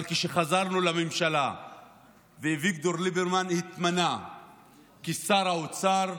אבל כשחזרנו לממשלה ואביגדור ליברמן התמנה לשר האוצר,